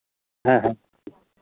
ᱦᱮᱸ ᱦᱮᱸ